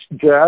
jazz